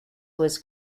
was